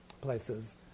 places